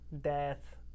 death